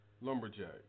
Lumberjack